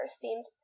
seemed